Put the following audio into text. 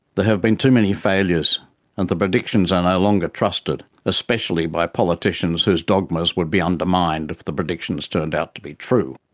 have been too many failures and the predictions are no longer trusted, especially by politicians whose dogmas would be undermined if the predictions turned out to be true.